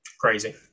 Crazy